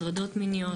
הטרדות מיניות,